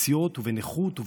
בפציעות ובנכות.